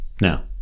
Now